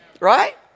Right